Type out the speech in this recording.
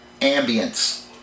ambience